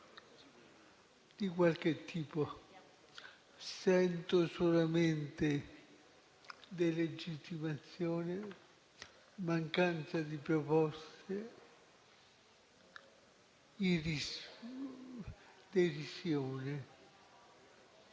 di alcun tipo. Sento solamente delegittimazione, mancanza di proposte, derisione,